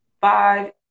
five